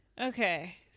Okay